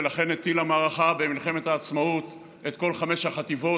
ולכן הטיל למערכה במלחמת העצמאות את כל חמש החטיבות,